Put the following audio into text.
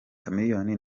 chameleone